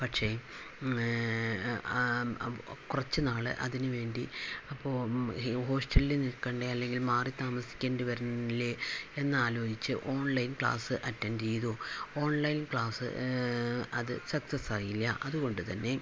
പക്ഷെ കുറച്ച് നാൾ അതിനു വേണ്ടി അപ്പോൾ ഹോസ്റ്റലിൽ നിൽക്കണ്ടേ അല്ലെങ്കിൾ മാറി താമസിക്കേണ്ടി വരില്ലേ എന്ന് ആലോചിച്ച് ഓൺലൈൻ ക്ലാസ് അറ്റൻഡ് ചെയ്തു ഓൺലൈൻ ക്ലാസ് അത് സക്സ്സസ്സ് ആയില്ല അതുകൊണ്ടുതന്നെ